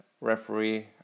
referee